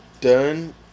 done